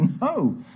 No